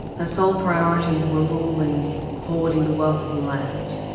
her sole priorities were ruling, hoarding the wealth of the land,